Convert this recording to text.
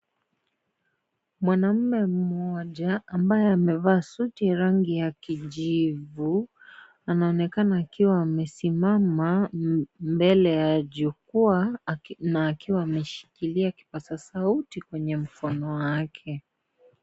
Mwanaume mmoja ambaye amevaa suti ya rangi ya kijivu anaonekana akiwa amesimama mbele ya jukwaa na akiwa ameshikilia kipaza sauti kwenye mkono wake.